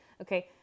Okay